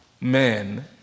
men